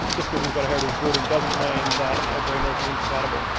just because you've got a heritage building doesn't mean that a green roof is incompatible.